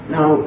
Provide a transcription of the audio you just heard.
Now